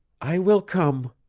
i will come,